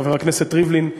חבר הכנסת ריבלין,